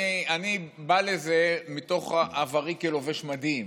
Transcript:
אני בא לזה מתוך עברי כלובש מדים,